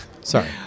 Sorry